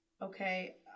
Okay